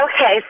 Okay